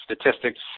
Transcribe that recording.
statistics